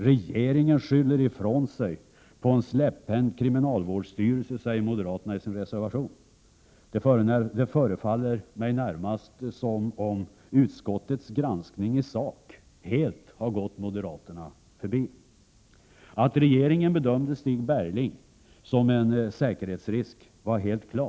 Regeringen skyller ifrån sig på en släpphänt kriminalvårdsstyrelse, säger moderaterna i sin reservation. Det förefaller mig närmast som om utskottets granskning i Prot. 1987/88:132 sak helt har gått moderaterna förbi. 2 juni 1988 Att regeringen bedömde Stig Bergling som en säkerhetsrisk är helt klart.